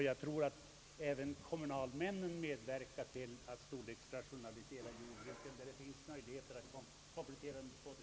Jag tror att även kommunalmännen medverkar till att storleksrationalisera jordbruken där det finns möjligheter att komplettera med skog.